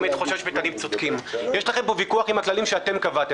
יש לכם פה ויכוח עם הכללים שאתם קבעתם.